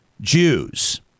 Jews